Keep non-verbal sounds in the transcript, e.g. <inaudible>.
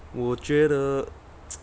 我觉得 <noise>